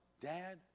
Dad